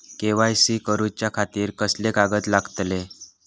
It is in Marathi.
के.वाय.सी करूच्या खातिर कसले कागद लागतले?